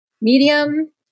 medium